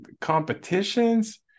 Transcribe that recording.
competitions